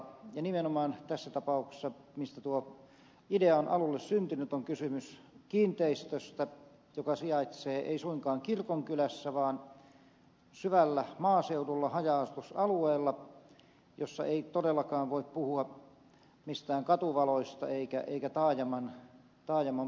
ja nimenomaan tässä tapauksessa mistä tuo idea on syntynyt on kysymys kiinteistöstä joka sijaitsee ei suinkaan kirkonkylässä vaan syvällä maaseudulla haja asutusalueella jossa ei todellakaan voi puhua mistään katuvaloista eikä taajaman palveluista